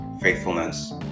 faithfulness